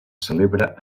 celebra